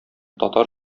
татар